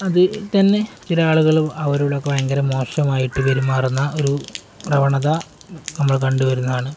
അതുതന്നെ ചിലയാളുകള് അവരോടൊക്കെ ഭയങ്കരം മോശമായിട്ട് പെരുമാറുന്ന ഒരു പ്രവണത നമ്മള് കണ്ടുവരുന്നതാണ്